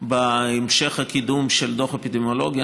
בהמשך הקידום של הדוח האפידמיולוגי.